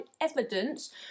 evidence